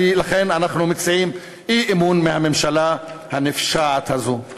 לכן אנחנו מציעים אי-אמון בממשלה הנפשעת הזאת.